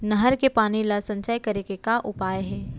नहर के पानी ला संचय करे के का उपाय हे?